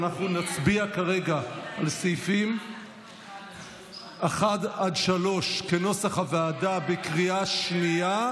אנחנו נצביע כרגע על סעיפים 1 3 כנוסח הוועדה בקריאה שנייה.